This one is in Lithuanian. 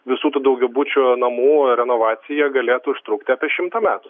visų tų daugiabučių namų renovacija galėtų užtrukti apie šimtą metų